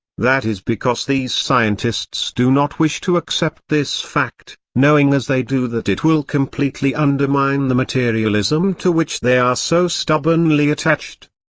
that is because these scientists scientists do not wish to accept this fact, knowing as they do that it will completely undermine the materialism to which they are so stubbornly attached.